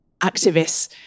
activists